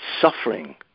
suffering